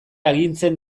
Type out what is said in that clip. agintzen